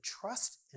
trust